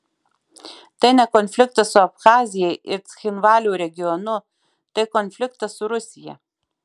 tai ne konfliktas su abchazija ir cchinvalio regionu tai konfliktas su rusija